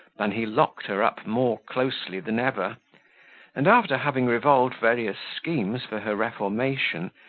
than he locked her up more closely than ever and after having revolved various schemes for her reformation,